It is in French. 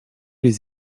les